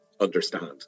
understand